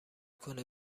کنه